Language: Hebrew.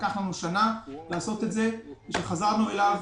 לקח לנו שנה לעשות את זה וכשחזרנו אליו,